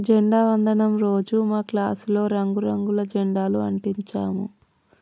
జెండా వందనం రోజు మా క్లాసులో రంగు రంగుల జెండాలు అంటించాము